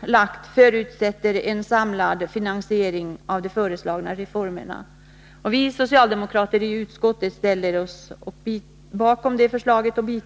framlagt förutsätter en samlad finansiering av de föreslagna reformerna. Vi socialdemokrater i utskottet biträder detta förslag.